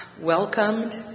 welcomed